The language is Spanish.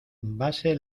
vase